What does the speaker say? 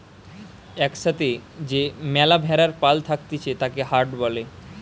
এক সাথে যে ম্যালা ভেড়ার পাল থাকতিছে তাকে হার্ড বলে